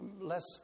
less